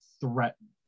threatened